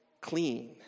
clean